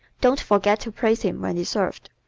don't forget to praise him when deserved,